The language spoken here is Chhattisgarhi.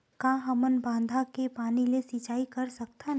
का हमन बांधा के पानी ले सिंचाई कर सकथन?